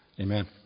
Amen